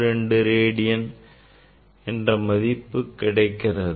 002 radian என்ற மதிப்பு கிடைக்கிறது